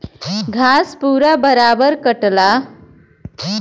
घास पूरा बराबर कटला